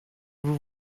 vous